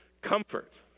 comfort